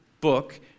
book